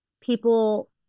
people